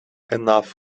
enough